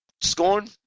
Scorn